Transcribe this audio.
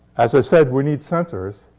as i said, we need sensors.